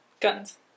Guns